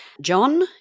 John